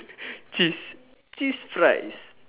cheese cheese fries